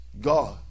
God